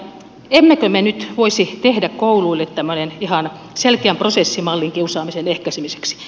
emmekö me nyt voisi tehdä kouluille tämmöisen ihan selkeän prosessimallin kiusaamisen ehkäisemiseksi